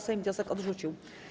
Sejm wniosek odrzucił.